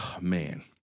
Man